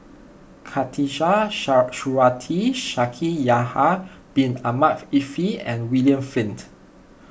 Khatijah Surattee Shaikh Yahya Bin Ahmed Afifi and William Flint